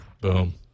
Boom